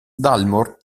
dalmor